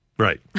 Right